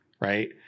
Right